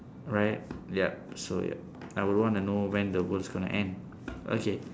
right yup so yup I would want to know when the world is going to end okay